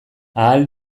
ahal